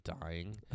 dying